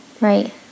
right